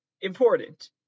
important